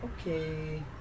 okay